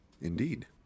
Indeed